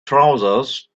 trousers